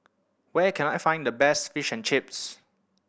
where can I find the best Fish and Chips